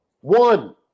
One